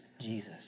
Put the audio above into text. Jesus